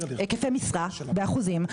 היקפי משרה באחוזים.